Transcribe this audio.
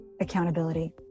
accountability